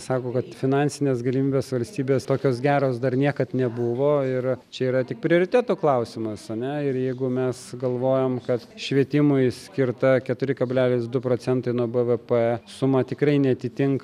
sako kad finansinės galimybės valstybės tokios geros dar niekad nebuvo ir čia yra tik prioriteto klausimas ar ne ir jeigu mes galvojam kad švietimui skirta keturi kablelis du procentai nuo bvp suma tikrai neatitinka